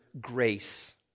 grace